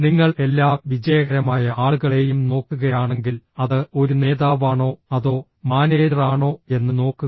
നിങ്ങൾ എല്ലാ വിജയകരമായ ആളുകളെയും നോക്കുകയാണെങ്കിൽ അത് ഒരു നേതാവാണോ അതോ മാനേജറാണോ എന്ന് നോക്കുക